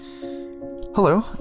Hello